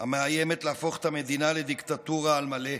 המאיימת להפוך את המדינה לדיקטטורה על מלא.